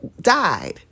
died